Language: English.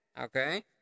okay